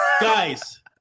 Guys